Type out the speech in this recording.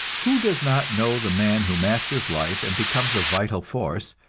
who does not know the man who masters life and becomes a vital force,